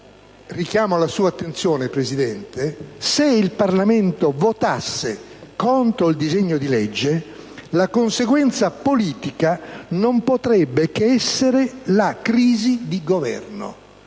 alla sua attenzione, signor Presidente - «se il Parlamento votasse contro il disegno di legge, la conseguenza politica non potrebbe che essere la crisi di Governo».